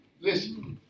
listen